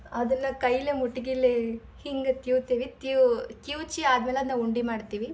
ಅದನ್ನು ಕೈಯಲ್ಲೇ ಮುಟ್ಗಿಲ್ಲೇ ಹಿಂಗೆ ಕ್ಯೂತಿವಿ ತ್ಯೂ ಕಿವಿಚಿ ಆದ್ಮೇಲೆ ಅದನ್ನ ಉಂಡಿ ಮಾಡ್ತೀವಿ